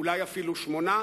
אולי אפילו שמונה.